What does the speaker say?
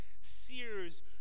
sears